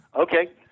Okay